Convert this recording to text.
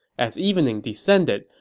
as evening descended,